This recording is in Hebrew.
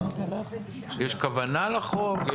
יש כוונה לחרוג?